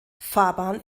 fahrbahn